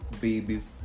babies